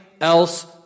else